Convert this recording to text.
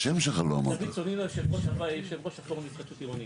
דוד סונינו, יושב ראש הפורום להתחדשות עירונית.